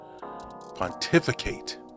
Pontificate